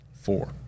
Four